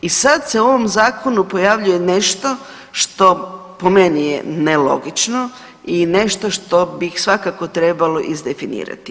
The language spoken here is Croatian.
I sada se u ovom Zakonu pojavljuje nešto što po meni je nelogično i nešto što bih svakako trebalo izdefinirati.